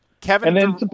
Kevin